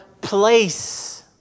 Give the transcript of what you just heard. place